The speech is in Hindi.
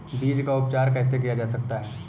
बीज का उपचार कैसे किया जा सकता है?